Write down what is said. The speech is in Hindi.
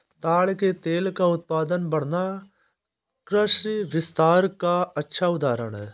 ताड़ के तेल का उत्पादन बढ़ना कृषि विस्तार का अच्छा उदाहरण है